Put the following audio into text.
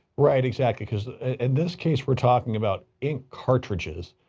right, exactly, because in this case we're talking about ink cartridges.